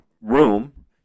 room